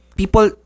People